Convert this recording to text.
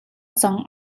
cang